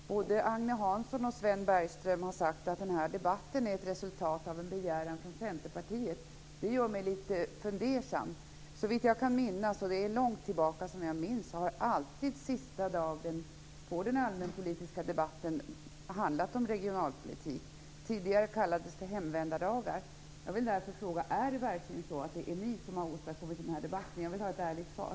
Fru talman! Jag vill ställa en fråga till Sven Bergström. Både Agne Hansson och Sven Bergström har sagt att den här debatten är ett resultat av en begäran från Centerpartiet. Det gör mig lite fundersam. Såvitt jag kan minnas - och det är långt tillbaka som jag minns - har alltid sista dagen av den allmänpolitiska debatten handlat om regionalpolitik. Tidigare kallades det hemvändardagar. Jag vill därför fråga: Är det verkligen ni som har åstadkommit den här debatten? Jag vill ha ett ärligt svar.